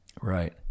Right